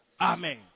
Amen